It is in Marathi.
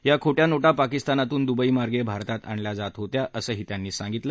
या खोट्या नोटा पाकिस्तानातून दुबई मागे भारतात आणल्या जात होत्या असंही त्यांनी सांगितलं